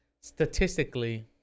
statistically